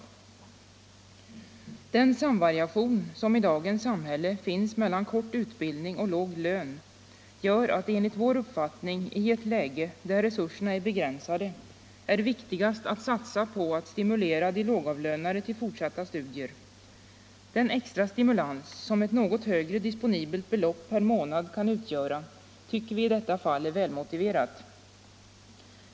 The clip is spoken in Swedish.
97 Den samvariation som i dagens samhälle finns mellan kort utbildning och låg lön gör att det enligt vår uppfattning i ett läge där resurserna är begränsade är viktigast att satsa på att stimulera de lågavlönade till fortsatta studier. Den extra stimulans som ett något högre disponibelt belopp per månad kan utgöra tycker vi i detta fall är välmotiverad.